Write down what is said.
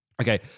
Okay